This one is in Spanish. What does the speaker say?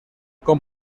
con